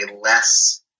less